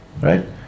right